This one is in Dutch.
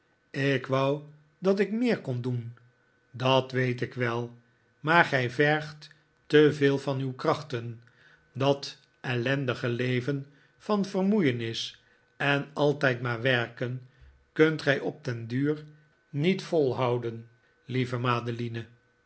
ik wou dat ik meer kon doen dat weet ik wel maar gij vergt te veel van uw krachten dat ellendige leven van vermoeienis en altijd maar werken kunt gij op den duur niet volhouden lieve madeline